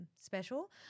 special